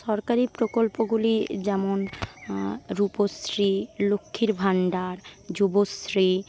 সরকারি প্রকল্পগুলি যেমন রূপশ্রী লক্ষ্মীর ভান্ডার যুবশ্রী